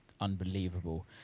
unbelievable